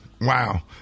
Wow